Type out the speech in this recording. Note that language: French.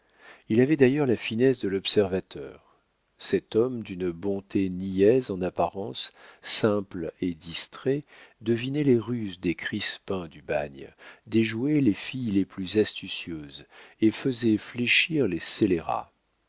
il avait d'ailleurs la finesse de l'observateur cet homme d'une bonté niaise en apparence simple et distrait devinait les ruses des crispins du bagne déjouait les filles les plus astucieuses et faisait fléchir les scélérats